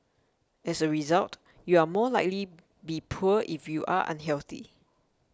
as a result you are more likely be poor if you are unhealthy